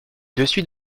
dessus